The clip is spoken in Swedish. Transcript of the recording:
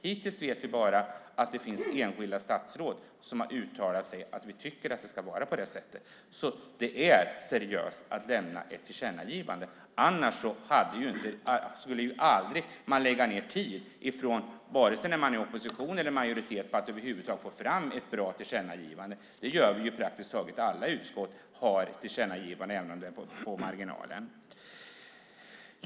Hittills vet vi bara att enskilda statsråd har uttalat att de tycker att det ska vara på det sättet. Det är seriöst att lämna ett tillkännagivande. Annars skulle man aldrig, varken när man är i opposition eller när man är i majoritet, lägga tid på att över huvud taget få fram ett bra tillkännagivande. Praktiskt taget alla utskott gör tillkännagivanden även om det är på marginalen.